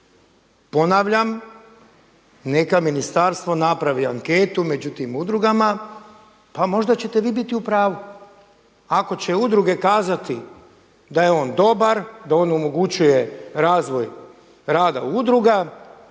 Ponavljam neka ministarstvo napravi anketu među tim udrugama, pa možda ćete vi biti u pravu. Ako će udruge kazati da je on dobar, da on omogućuje razvoj rada udruga